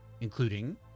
including